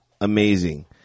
amazing